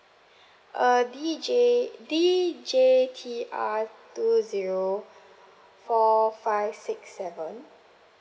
uh D J D J T R two zero four five six seven